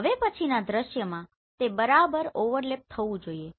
હવે પછીનાં દ્રશ્યમાં તે બરાબર ઓવરલેપ થવું જોઈએ